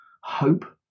hope